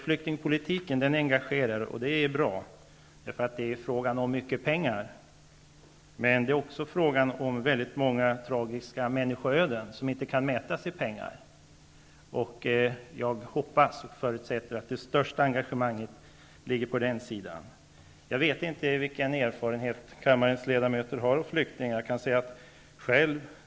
Flyktingpolitiken engagerar, och det är bra, eftersom det är fråga om mycket pengar. Men det är också fråga om väldigt många tragiska människoöden som inte kan mätas i pengar. Jag hoppas och förutsätter att det största engagemanget finns när det gäller det sistnämnda. Jag vet inte vilken erfarenhet kammarens ledamöter har av flyktingar.